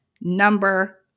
number